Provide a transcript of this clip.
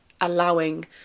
allowing